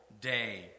day